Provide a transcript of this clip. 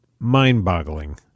mind-boggling